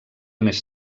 més